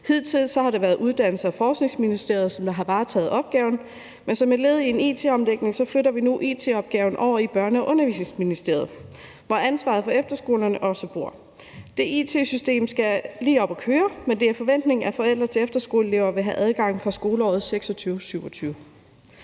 Hidtil har det været Uddannelses- og Forskningsministeriet, som har varetaget opgaven, men som et led i en it-omlægning flytter vi nu it-opgaven over i Børne- og Undervisningsministeriet, hvor ansvaret for efterskolerne også bor. Det it-system skal lige op at køre, men det er forventningen, at forældre til efterskoleelever vil have adgang fra skoleåret 2026-27.